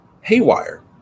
haywire